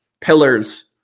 pillars